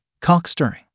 Cock-stirring